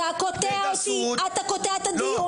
אתה מעיר לו כל הזמן.